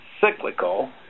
cyclical